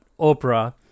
Oprah